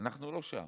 אנחנו לא שם,